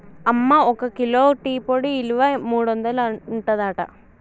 అమ్మ ఒక kilo tea పొడి ఇలువ మూడొందలు ఉంటదట